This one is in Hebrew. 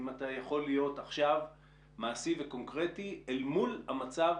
אם אתה יכול להיות עכשיו מעשי וקונקרטי מול המצב